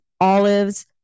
olives